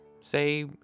Say